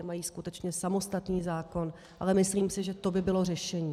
Ti mají skutečně samostatný zákon, ale myslím si, že to by bylo řešení.